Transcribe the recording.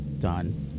Done